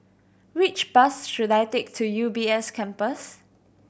which bus should I take to U B S Campus